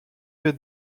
fais